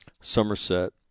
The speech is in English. Somerset